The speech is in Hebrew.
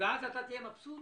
שאז אתה תהיה מבסוט,